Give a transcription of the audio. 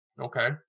Okay